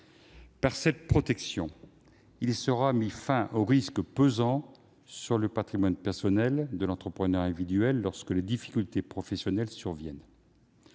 à cette protection, il sera mis fin au risque pesant sur le patrimoine personnel de l'entrepreneur individuel lorsque les difficultés professionnelles surviennent.